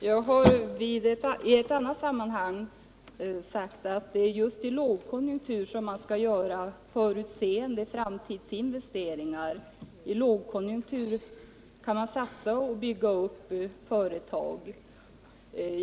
Herr talman! Jag har i ett annat sammanhang sagt att det är just under lågkonjunkturen som man skall göra förutseende framtidsinvesteringar. Under en lågkonjunktur kan man satsa på uppbyggnad av företag.